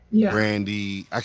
Brandy